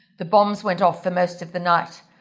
the bombs went off for most of the night,